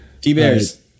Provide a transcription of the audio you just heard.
T-bears